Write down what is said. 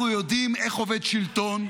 אנחנו יודעים איך עובד שלטון,